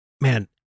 man